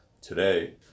Today